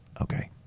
okay